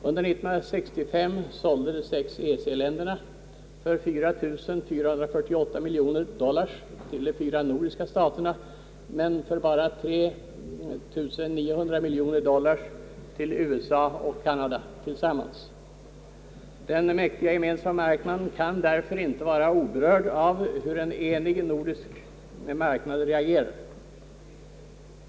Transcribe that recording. Under år 1965 sålde de sex EEC-länderna för 4 448 miljoner dollar till de fyra nordiska staterna men för bara 3 900 miljoner dollar till USA och Kanada tillsammans. Den mäktiga gemensamma marknaden kan därför inte vara oberörd av hur en enig nordisk marknad reagerar.